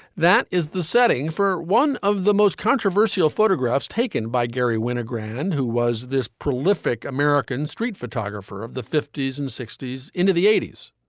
that is the setting for one of the most controversial photographs taken by garry winogrand, who was this prolific american street photographer of the fifty s and sixty s into the eighty s,